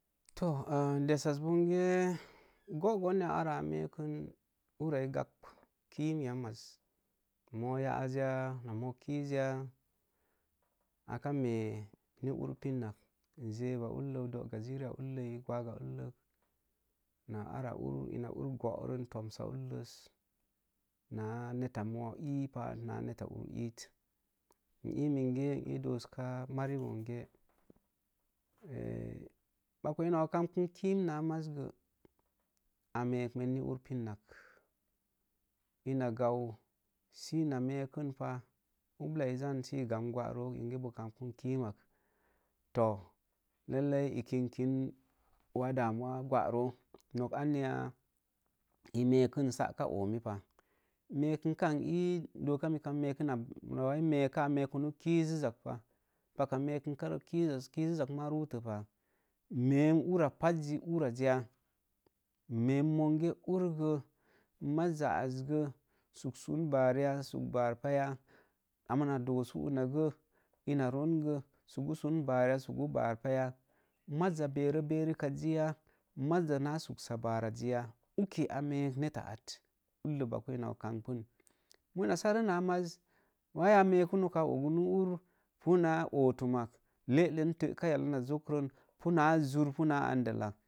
To am dessas bongee “gogoon ya urra ii gab kin yammas? Moo yaaz ya na moo kiz ya, aka me̱e ni ur pin nak, jeuwa ullol, dooga jirri ullei, gwaga ulləki naa arra ull, ina ur gooron tomsa ulles, naa netta moo ipa naa netta ur iit nee minge n ka doosika mari bonge bako ina boo kamben kim naanzaaz gə a mee men ni ur pinak ina gau si ina mee kin pa, ublaii jan si gau, gwa roo, in ge boo kam ben kim ak, too lailai e̱e kinkin wa damawa gwa roo. Nok anya ii meekin saa ka oomi pa, meekin ii dooka mika meekin nak, ba wai mee kaa a meeka kizzizak maa ruutopa. Meem ura pazzi uraz ya? Meem mange ur gə, mazza az gə sug sun baar ya sug baar peya, a mona doosu una gə, ina roon gə suggu sun baar ya, suggu bar paya. Mazza berə berit tat ziya, mazza naa sugsa baaraz ji ya? Uki amee netta at ullo bako ina gə kambən mona sare naa maaz, wai a meeku, nok kaa a ognu ur, pu punaa ootum mak, leelel təka yallen na zok roo, zur pun naa andallak.